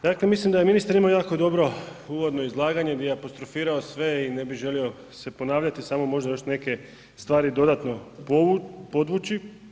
Dakle, mislim da je ministar imao jako dobro uvodno izlaganje di je apostrofirao sve i ne bih želio se ponavljati, samo možda još neke stvari dodatno podvući.